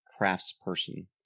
craftsperson